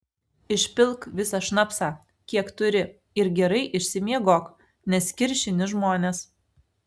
išpilk visą šnapsą kiek turi ir gerai išsimiegok nes kiršini žmones